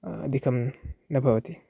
अधिकं न भवति